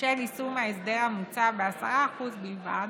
בשל יישום ההסדר המוצע ב-10% בלבד,